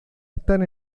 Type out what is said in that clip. están